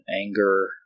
anger